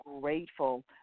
grateful